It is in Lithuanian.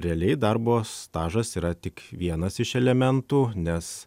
realiai darbo stažas yra tik vienas iš elementų nes